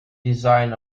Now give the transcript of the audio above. design